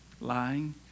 lying